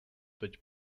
teď